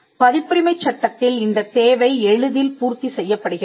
பதிப்புரிமை சட்டத்தில் இந்தத் தேவை எளிதில் பூர்த்தி செய்யப்படுகிறது